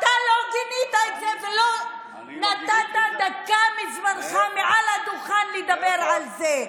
אתה לא גינית את זה ולא נתת דקה מזמנך מעל הדוכן לדבר על זה.